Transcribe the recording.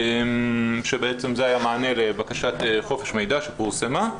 שבעצם זה היה מענה לבקשת חופש מידע שפורסמה.